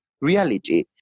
reality